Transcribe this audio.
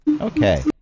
Okay